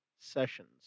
sessions